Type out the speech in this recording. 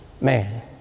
man